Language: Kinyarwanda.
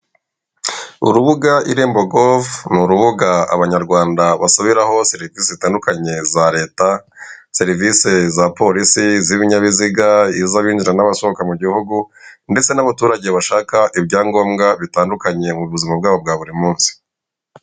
Urubuga irembo govu ni urubuga abanyarwanda basabiraho serivise zitandikanye za leta, serivise polisi, iz'ibinyabiziga, iz'abinjira n'abasohoka mu gihugu, ndetse n'abaturage bashaka ibyangombwa bitandukanye mu buzima bwabo bwa buri munsi.